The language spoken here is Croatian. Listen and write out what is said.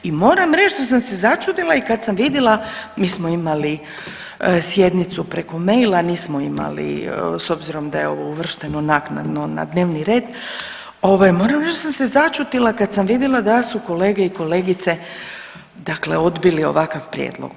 I moram reći da sam se začudila i kad sam vidila, mi smo imali sjednicu preko maila, nismo imali s obzirom da je ovo uvršteno naknadno na dnevni red, ovaj moram reći da sam se začudila kad sam vidila da su kolege i kolegice dakle odbili ovakav prijedlog.